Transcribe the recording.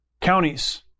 counties